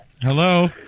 Hello